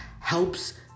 helps